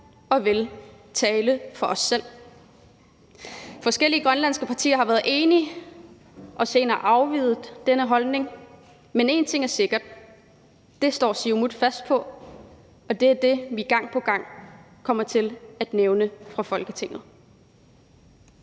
og vil tale for sig selv. Forskellige grønlandske partier, der har været enige, har senere afveget denne holdning, men én ting er sikker: Det står Siumut fast på, og det er det, vi gang på gang kommer til at nævne i Folketinget.